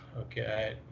Okay